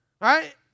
right